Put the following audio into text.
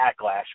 backlash